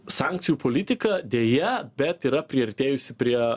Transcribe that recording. sankcijų politika deja bet yra priartėjusi prie